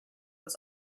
was